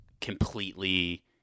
completely